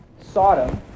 Sodom